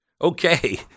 Okay